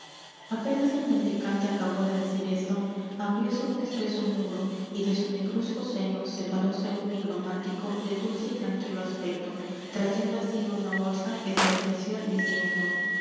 apenas el mendicante acabó de decir esto abrióse un espeso muro y de su negruzco seno separóse un nigromántico de dulce y tranquilo aspecto trayendo asida una bolsa que se la ofreció diciendo